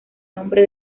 nombre